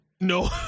No